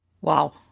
Wow